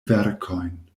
verkojn